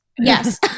Yes